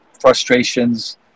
frustrations